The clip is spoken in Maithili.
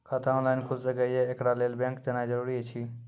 खाता ऑनलाइन खूलि सकै यै? एकरा लेल बैंक जेनाय जरूरी एछि?